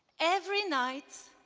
every night,